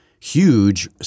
huge